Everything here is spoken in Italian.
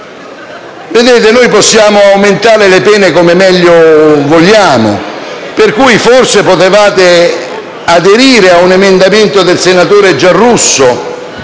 Vedete, noi possiamo aumentare le pene come meglio vogliamo, per cui, forse, potevate aderire ad un emendamento del senatore Giarrusso